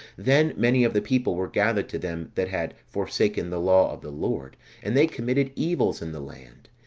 then many of the people were gathered to them that had forsaken the law of the lord and they committed evils in the land